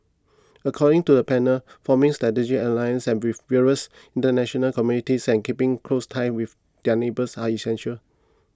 according to the panel forming strategic alliances have with various international communities and keeping close ties with their neighbours are essential